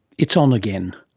it's on again.